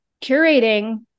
curating